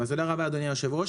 תודה רבה, אדוני היושב-ראש.